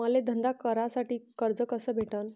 मले धंदा करासाठी कर्ज कस भेटन?